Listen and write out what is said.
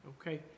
okay